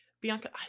Bianca